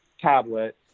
tablet